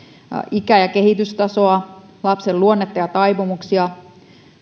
ikää ja kehitystasoa lapsen luonnetta ja taipumuksia